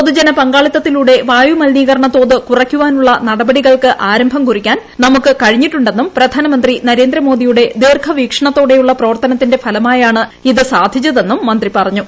പൊതുജന പങ്കാളിത്തത്തിലൂടെ വായുമലിനീകരണ തോത് കൂറയ്ക്കുവാനുള്ള നടപടികൾക്ക് ആരംഭം കുറിക്കാൻ നമുക്ക് കഴിഞ്ഞിട്ടുണ്ടെന്നും പ്രധാനമന്ത്രി നരേന്ദ്രമോദിയുടെ ദീർഘവീക്ഷണത്തോടെയുള്ള പ്രവർത്തനത്തിന്റെ ഫലമായാണ് ഇത് സാധിച്ചതെന്നും മന്ത്രി പറഞ്ഞു